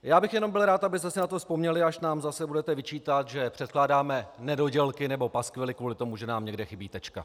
Já bych jenom byl rád, abyste si na to vzpomněli, až nám zase budete vyčítat, že předkládáme nedodělky nebo paskvily kvůli tomu, že nám někde chybí tečka!